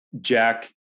Jack